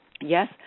Yes